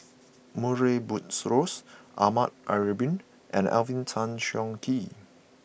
Murray Buttrose Ahmad Ibrahim and Alvin Tan Cheong Kheng